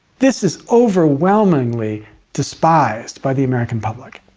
this is overwhelmingly despised by the american public.